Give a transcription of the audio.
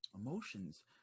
Emotions